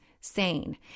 sane